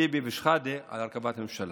טיבי ושחאדה על הרכבת הממשלה.